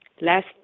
Last